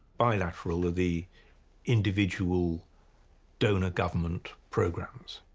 bilateral are the individual donor government programs.